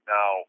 Now